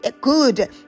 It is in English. good